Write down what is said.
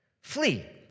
flee